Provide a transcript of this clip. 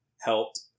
helped